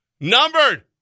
numbered